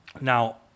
Now